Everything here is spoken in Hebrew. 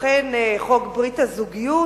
לכן, חוק ברית הזוגיות